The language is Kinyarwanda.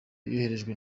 yoherejwe